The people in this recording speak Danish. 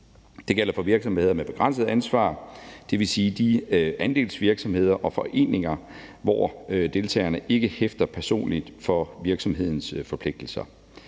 Det gælder for virksomheder med begrænset ansvar, dvs. de andelsvirksomheder og foreninger, hvor deltagerne ikke hæfter personligt for virksomhedens forpligtelser.